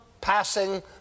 passing